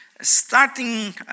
starting